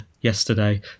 yesterday